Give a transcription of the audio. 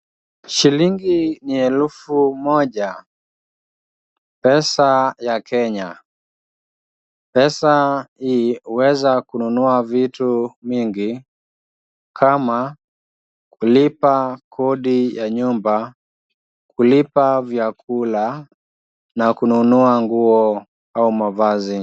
Shilingi ni elfu moja pesa ya kenya. Pesa hii huweza kununua vitu mingi kama kulipa kodi ya nyumba, kulipa vyakula na kununua nguo au mavazi.